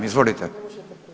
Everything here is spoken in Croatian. Izvolite.